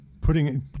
putting